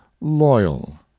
LOYAL